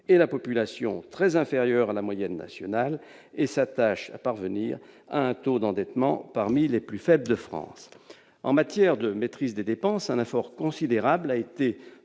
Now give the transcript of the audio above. et la population très inférieur à la moyenne nationale et s'attache à parvenir à un taux d'endettement parmi les plus faibles de France. En matière de maîtrise des dépenses, un effort considérable a été